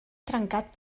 trencat